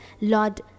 Lord